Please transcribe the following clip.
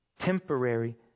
temporary